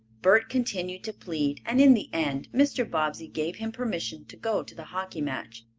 bert continued to plead, and in the end mr. bobbsey gave him permission to go to the hockey match.